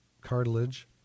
cartilage